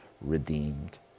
redeemed